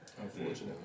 Unfortunately